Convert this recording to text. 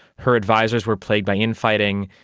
her advisers were plagued by infighting.